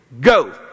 Go